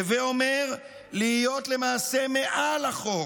הווי אומר, להיות למעשה מעל לחוק.